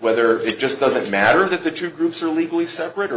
whether it just doesn't matter that the true groups are legally separate or